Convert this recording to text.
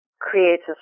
creates